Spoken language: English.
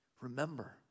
Remember